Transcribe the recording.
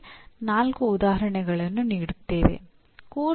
ಇದರಲ್ಲಿ ನಾಲ್ಕು ಹಂತದ ಪರಿಣಾಮಗಳನ್ನು ಗುರುತಿಸಲಾಗಿದೆ